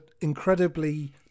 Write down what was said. incredibly